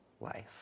life